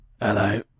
Hello